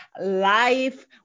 life